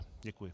Děkuji.